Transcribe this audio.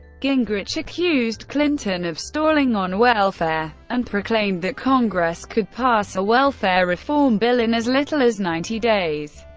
gingrich accused clinton of stalling on welfare, and proclaimed that congress could pass a welfare reform bill in as little as ninety days.